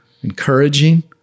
encouraging